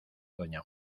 doña